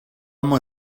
mañ